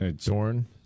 Zorn